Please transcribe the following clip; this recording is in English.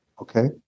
Okay